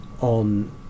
on